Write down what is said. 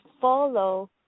follow